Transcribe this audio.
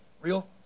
real